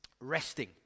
resting